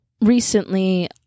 Recently